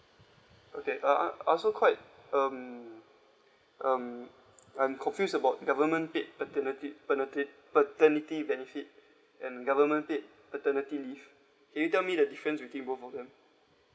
okay uh ah I also quite um um I'm confused about government paid paternity penalty paternity benefit and government paid paternity leave can you tell me the difference between both of them